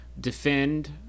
defend